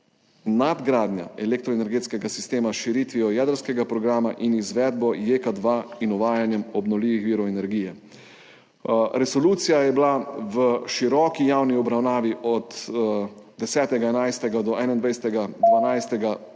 nadgradnja elektroenergetskega sistema s širitvijo jedrskega programa in izvedbo JEK2 in uvajanjem obnovljivih virov energije. Resolucija je bila v široki javni obravnavi od 10. 11. do 21. 12.